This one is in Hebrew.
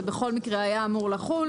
זה בכל מקרה היה אמור לחול,